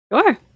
Sure